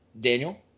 Daniel